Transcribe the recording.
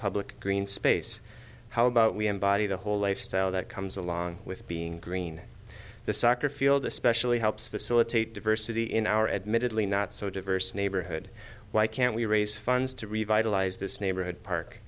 public green space how about we embody the whole lifestyle that comes along with being green the soccer field especially helps facilitate diversity in our admittedly not so diverse neighborhood why can't we raise funds to revitalize this neighborhood park